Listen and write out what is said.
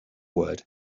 word